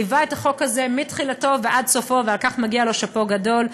שליווה את החוק הזה מתחילתו ועד סופו ועל כך מגיע לו שאפו גדול,